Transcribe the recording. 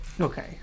okay